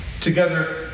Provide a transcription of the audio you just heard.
Together